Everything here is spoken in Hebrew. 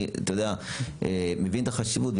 אני מבין את החשיבות,